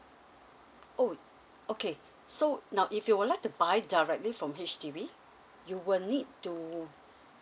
oh okay so now if you would like to buy directly from H_D_B you will need to